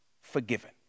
forgiven